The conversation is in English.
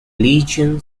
legion